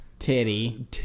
Titty